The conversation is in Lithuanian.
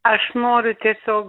aš noriu tiesiog